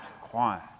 quiet